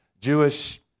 Jewish